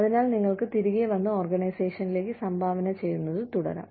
അതിനാൽ നിങ്ങൾക്ക് തിരികെ വന്ന് ഓർഗനൈസേഷനിലേക്ക് സംഭാവന ചെയ്യുന്നത് തുടരാം